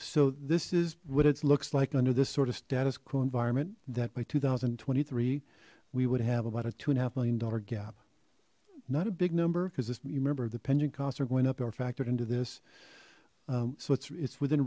so this is what it looks like under this sort of status quo environment that by two thousand and twenty three we would have about a two and a half million dollar gap not a big number because this remember the pension costs are going up they were factored into this so it's it's within